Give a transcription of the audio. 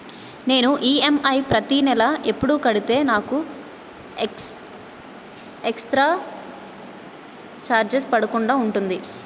నేను ఈ.ఎం.ఐ ప్రతి నెల ఎపుడు కడితే నాకు ఎక్స్ స్త్ర చార్జెస్ పడకుండా ఉంటుంది?